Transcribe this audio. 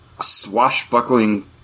swashbuckling